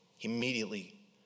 Immediately